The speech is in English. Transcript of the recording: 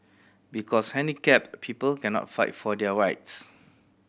because handicapped people cannot fight for their rights